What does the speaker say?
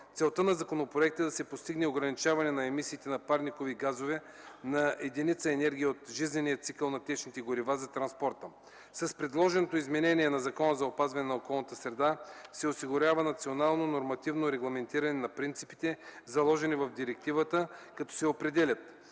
Целта на законопроекта е да се постигне ограничаване на емисиите на парникови газове на единица енергия от целия жизнен цикъл на течните горива за транспорта. С предложеното изменение на Закона за опазване на околната среда се осигурява национално нормативно регламентиране на принципите, заложени в директивата, като се определят: